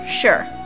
sure